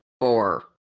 four